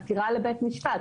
עתירה לבית משפט.